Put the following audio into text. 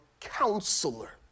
counselor